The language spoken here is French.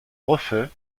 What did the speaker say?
refaits